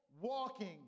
walking